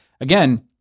again